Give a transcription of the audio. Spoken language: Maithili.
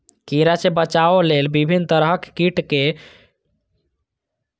कीड़ा सं बचाव लेल विभिन्न तरहक कीटनाशक के उपयोग कैल जा सकैए